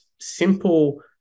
simple